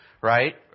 right